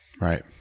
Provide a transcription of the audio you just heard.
Right